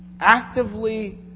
actively